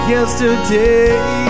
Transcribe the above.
Yesterday